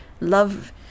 love